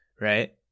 right